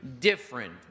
different